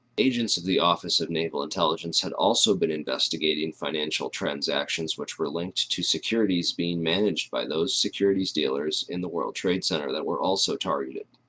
agents of the office of naval intelligence had also been investigating financial transactions which were linked to securities being managed by those security dealers in the world trade center that were also targeted.